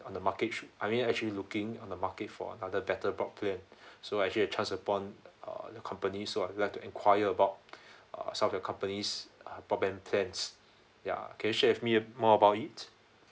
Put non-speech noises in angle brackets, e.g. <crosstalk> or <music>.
on the market should I mean I actually looking on the market for another better broadband <breath> so actually I chanced upon uh the company so I'd like to enquire about <breath> uh some of your companies uh broadband plans <breath> ya can you share with me more about it